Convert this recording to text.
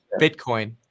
Bitcoin